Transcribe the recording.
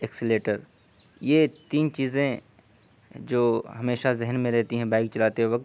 accelerator یہ تین چیزیں جو ہمیشہ ذہن میں رہتی ہیں بائک چلاتے وقت